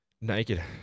Naked